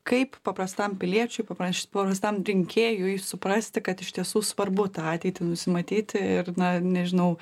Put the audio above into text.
kaip paprastam piliečiui papraš paprastam rinkėjui suprasti kad iš tiesų svarbu tą ateitį nusimatyti ir na nežinau